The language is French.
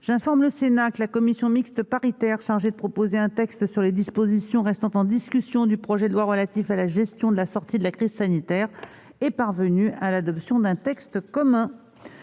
J'informe le Sénat que la commission mixte paritaire chargée de proposer un texte sur les dispositions restant en discussion du projet de loi relatif à la gestion de la sortie de crise sanitaire est parvenue à l'adoption d'un texte commun.